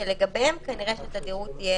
שלגביהן התדירות תהיה